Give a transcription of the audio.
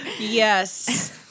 Yes